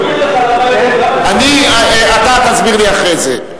מסביר לך למה, אתה תסביר לי אחרי זה.